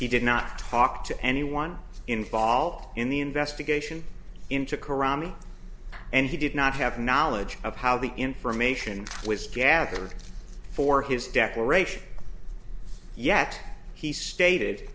he did not talk to anyone involved in the investigation into karami and he did not have knowledge of how the information was gathered for his declaration yet he stated